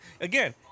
Again